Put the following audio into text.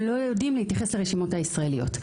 הם לא יודעים להתייחס לרשימות הישראליות.